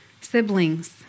siblings